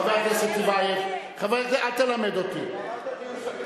חברת הכנסת רגב, חברת הכנסת רגב.